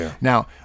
now